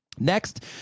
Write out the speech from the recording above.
Next